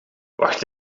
wacht